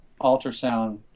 ultrasound